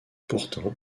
pourtant